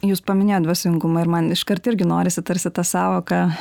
jūs paminėjot dvasingumą ir man iškart irgi norisi tarsi tą sąvoką